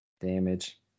damage